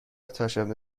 چهارشنبه